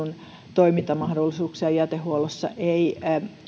toimintamahdollisuuksia jätehuollossa ei